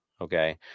Okay